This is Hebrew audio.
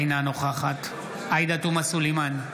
אינה נוכחת עאידה תומא סלימאן,